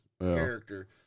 character